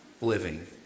living